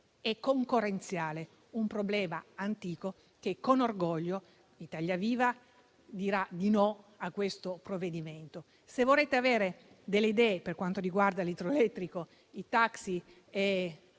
e concorrenziale un problema antico, è con orgoglio che Italia Viva dirà no a questo provvedimento. Se vorrete avere delle idee per quanto riguarda l'idroelettrico, i taxi e